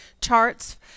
charts